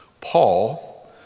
Paul